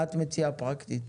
מה את מציעה פרקטית?